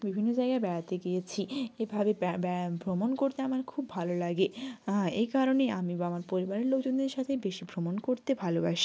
বিভিন্ন জায়গায় বেড়াতে গিয়েছি এভাবে ব্যা ব্যা ভ্রমণ করতে আমার খুব ভালো লাগে এই কারণেই আমি বা আমার পরিবারের লোকজনদের সাথেই বেশি ভ্রমণ করতে ভালোবাসি